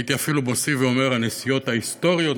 הייתי אפילו מוסיף ואומר: הנסיעות ההיסטוריות,